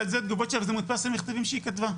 אלו התגובות שלה וזה מודפס כל המכתבים שהיא כתבה.